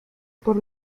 por